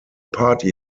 party